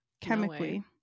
Chemically